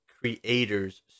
creators